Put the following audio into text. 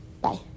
bye